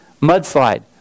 mudslide